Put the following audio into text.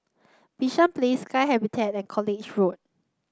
Bishan Place Sky Habitat and College Road